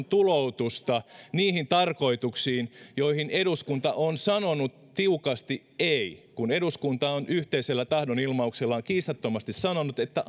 tuloutusta niihin tarkoituksiin joihin eduskunta on sanonut tiukasti ei kun eduskunta on yhteisellä tahdonilmauksellaan kiistattomasti sanonut että